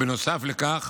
נוסף לכך